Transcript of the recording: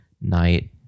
night